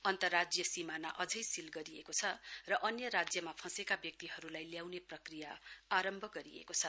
अन्तर्राज्य सीमाना अझै सील गरिएको छ र अन्य राज्यमा फँसेका व्यक्तिहरूलाई ल्याउने प्रक्रिया आरम्भ गरिएको छ